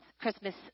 Christmas